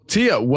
Tia